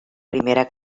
primera